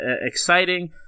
exciting